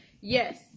Yes